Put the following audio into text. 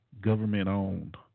government-owned